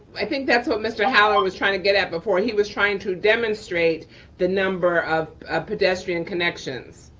i think that's what mr. holler was trying to get at before, he was trying to demonstrate the number of ah pedestrian connections.